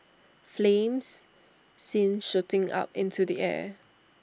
flames seen shooting up into the air